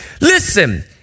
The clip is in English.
Listen